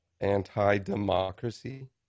Anti-democracy